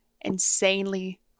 insanely